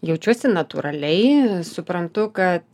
jaučiuosi natūraliai suprantu kad